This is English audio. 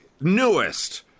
newest